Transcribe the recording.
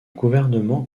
gouvernement